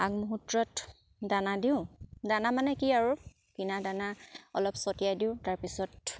আগমুহূৰ্তত দানা দিওঁ দানা মানে কি আৰু কিনা দানা অলপ ছটিয়াই দিওঁ তাৰপিছত